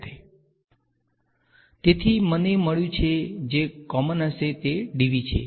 તેથી મને મળ્યું છે કે જે કોમન હશે તે dv છે